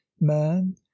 man